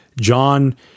John